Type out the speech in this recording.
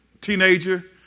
teenager